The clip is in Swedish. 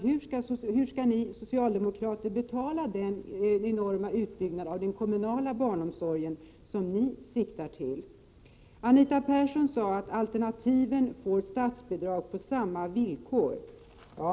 Hur skall ni socialdemokrater betala den enorma utbyggnad av den kommunala barnomsorgen som ni siktar till? Anita Persson sade vidare att alternativen får statsbidrag på samma villkor.